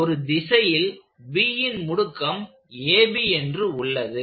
ஒரு திசையில் Bன் முடுக்கம் என்று உள்ளது